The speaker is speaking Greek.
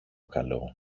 καλό